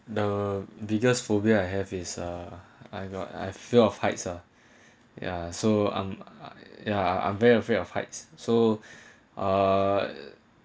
the villagers phobia I have is uh I got I fear of heights ah yeah so I'm yeah I'm very afraid of heights so uh